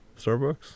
Starbucks